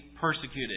persecuted